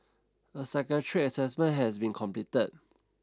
a psychiatric assessment has been completed